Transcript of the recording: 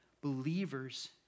believers